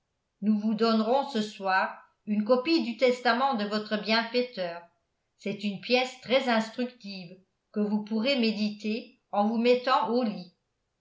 nous vous donnerons ce soir une copie du testament de votre bienfaiteur c'est une pièce très instructive que vous pourrez méditer en vous mettant au lit